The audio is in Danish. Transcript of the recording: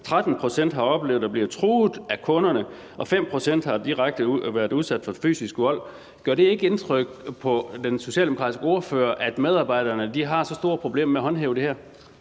13 pct. har oplevet at blive truet af kunderne, og 5 pct. har været udsat for direkte fysisk vold. Gør det ikke indtryk på den socialdemokratiske ordfører, at medarbejderne har så store problemer med at håndhæve det her?